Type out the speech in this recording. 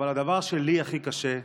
אבל הדבר שהכי קשה לי,